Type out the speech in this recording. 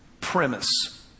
premise